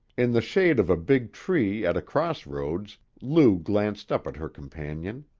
in the shade of a big tree at a crossroads, lou glanced up at her companion.